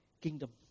kingdom